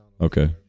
okay